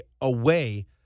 away